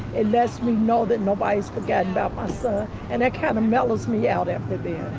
it lets me know that nobody's forgetting about my son and that kind of mellows me out after being